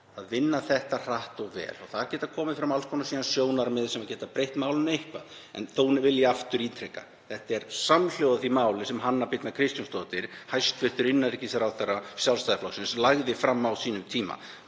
að vinna þetta hratt og vel. Það geta komið fram alls konar sjónarmið sem geta breytt málinu eitthvað en þó vil ég aftur ítreka að þetta er samhljóða því máli sem Hanna Birna Kristjánsdóttir, hæstv. innanríkisráðherra Sjálfstæðisflokksins, lagði fram á sínum tíma,